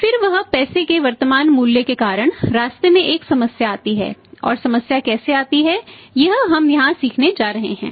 फिर वह पैसे के वर्तमान मूल्य के कारण है रास्ते में एक समस्या आती है और समस्या कैसे आती है यह हम यहां सीखने जा रहे हैं